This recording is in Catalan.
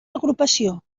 agrupació